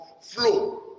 flow